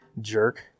Jerk